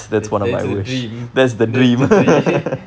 that's that's the dream that's the dream